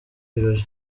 birori